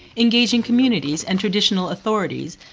engaging communities and traditional authorities,